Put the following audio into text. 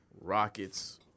Rockets